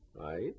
right